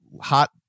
hot